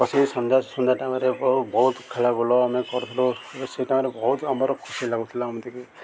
ବସି ସନ୍ଧ୍ୟା ସନ୍ଧ୍ୟା ଟାଇମ୍ରେ ବହୁତ ଖେଳା ବୁଲା ଆମେ କରୁଥିଲୁ ସେଇ ଟାଇମ୍ରେ ବହୁତ ଆମର ଖୁସି ଲାଗୁଥିଲା ଏମିତିକି